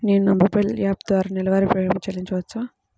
నేను నా మొబైల్ ద్వారా నెలవారీ ప్రీమియం చెల్లించవచ్చా?